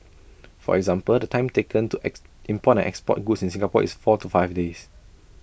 for example the time taken to X import and export goods in Singapore is four to five days